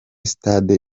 stade